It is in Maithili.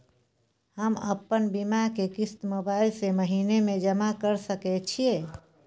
हम अपन बीमा के किस्त मोबाईल से महीने में जमा कर सके छिए?